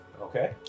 Okay